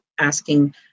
asking